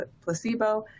placebo